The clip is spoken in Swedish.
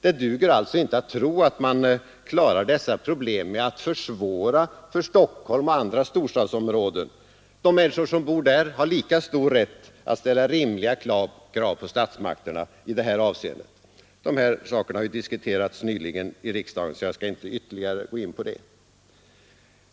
Det duger alltså inte att tro att man kan klara dessa problem med en politik som innebär svårigheter för Stockholm och andra storstadsområden. De människor som bor där har lika stor rätt att ställa krav på statsmakterna i detta avseende. Dessa spörsmål har ju diskuterats nyligen i riksdagen så jag skall inte ytterligare gå in på dem.